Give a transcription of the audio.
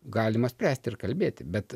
galima spręsti ir kalbėti bet